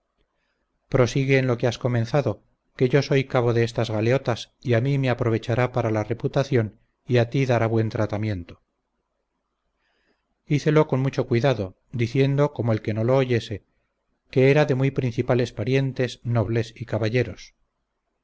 prosigue en lo que has comenzado que yo soy cabo de estas galeotas y a mi me aprovechará para la reputación y a ti dará buen tratamiento hicelo con mucho cuidado diciendo como el que no lo oyese que era de muy principales parientes nobles y caballeros